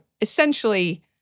essentially